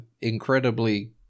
incredibly